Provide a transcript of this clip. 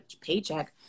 paycheck